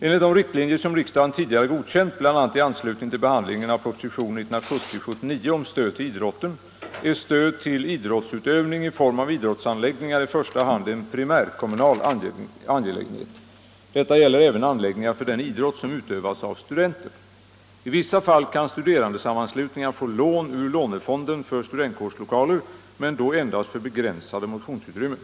Enligt de riktlinjer som riksdagen tidigare godkänt, bl.a. i anslutning till behandlingen av propositionen 79 år 1970 om stöd till idrotten, är stöd till idrottsutövning i form av idrottsanläggningar i första hand en primärkommunal angelägenhet. Detta gäller även anläggningar för den idrott som utövas av studenter. I vissa fall kan studerandesammanslut ningar få lån ur lånefonden för studentkårslokaler men då endast för — Nr 90 begränsade motionsutrymmen.